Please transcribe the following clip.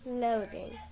loading